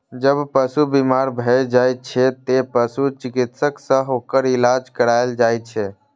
जब पशु बीमार भए जाइ छै, तें पशु चिकित्सक सं ओकर इलाज कराएल जाइ छै